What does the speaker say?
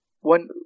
One